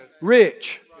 rich